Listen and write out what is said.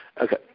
Okay